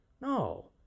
No